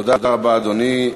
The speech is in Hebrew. תודה רבה, אדוני.